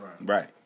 Right